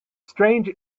strange